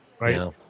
Right